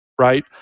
right